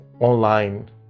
online